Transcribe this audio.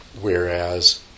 Whereas